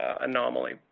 anomaly